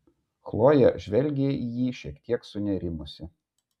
chlojė žvelgė į jį šiek tiek sunerimusi